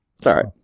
Sorry